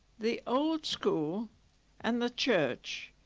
the old school and the church,